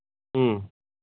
ꯎꯝ